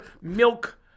milk